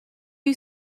you